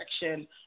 direction